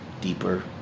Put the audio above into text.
deeper